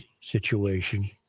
situation